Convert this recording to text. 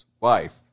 Wife